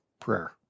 prayer